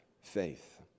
faith